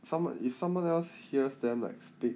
someone if someone else hears them like speak